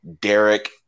Derek